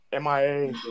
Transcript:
MIA